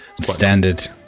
Standard